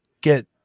get